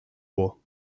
bois